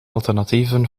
alternatieven